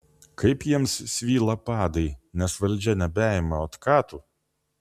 kaip jiems svyla padai nes valdžia nebeima otkatų